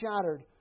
shattered